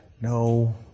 no